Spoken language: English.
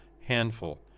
handful